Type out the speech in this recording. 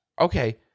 okay